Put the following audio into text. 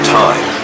time